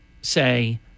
say